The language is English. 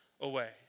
away